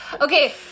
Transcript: Okay